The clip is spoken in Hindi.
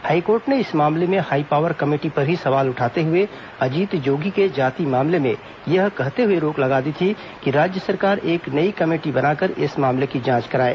हाईकोर्ट ने इस मामले में हाईपावर कमेटी पर ही सवाल उठाते हुए अजीत जोगी के जाति मामले में ये कहते हुए रोक लगा दी थी कि राज्य सरकार एक नई कमेटी बनाकर इस मामले की जांच कराए